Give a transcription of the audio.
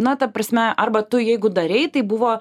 na ta prasme arba tu jeigu darei tai buvo